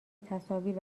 تصاویر